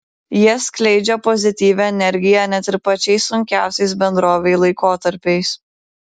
jie skleidžia pozityvią energiją net ir pačiais sunkiausiais bendrovei laikotarpiais